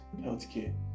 healthcare